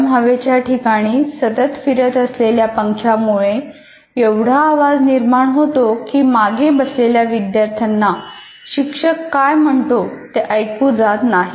गरम हवेच्या ठिकाणी सतत फिरत असलेल्या पंख्यामुळे एवढा आवाज निर्माण होतो की मागे बसलेल्या विद्यार्थ्यांना शिक्षक काय म्हणतोय ते काहीच ऐकू जात नाही